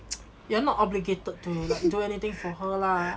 you're not obligated to do anything for her lah